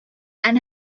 and